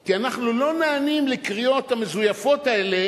כי אנחנו לא נענים לקריאות המזויפות האלה